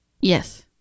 Yes